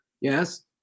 Yes